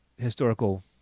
historical